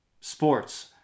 sports